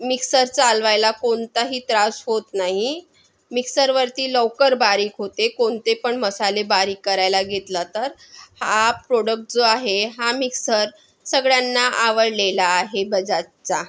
mixer चालवायला कोणताही त्रास होत नाही मिक्सरवरती लवकर बारीक होते कोणते पण मसाले बारीक करायला घेतलं तर हा प्रोडक्ट जो आहे हा मिक्सर सगळ्यांना आवडलेला आहे बजाजचा